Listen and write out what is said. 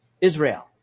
Israel